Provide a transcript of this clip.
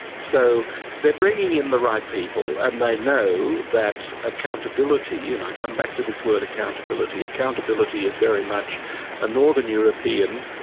so bringing in the right people, and they know that accountability, and i come back to this word accountability, accountability is very much a northern european,